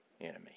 enemy